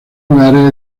lugares